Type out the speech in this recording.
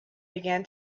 began